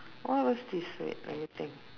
what was this wait let me think